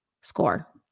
score